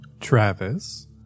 Travis